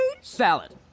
Salad